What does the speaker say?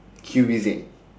Q_P_Z